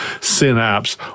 Synapse